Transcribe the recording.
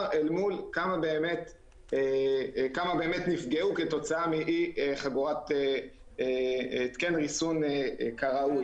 אל מול כמה נפגעו כתוצאה מאי חגירת התקן ריסון כראוי.